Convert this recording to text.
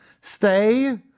Stay